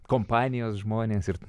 kompanijos žmonės ir